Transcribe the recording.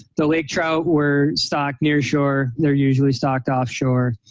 the lake trout were stocked nearshore. they're usually stocked off shore.